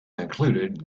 included